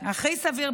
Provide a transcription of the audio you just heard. בטח.